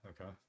Okay